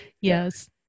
Yes